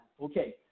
Okay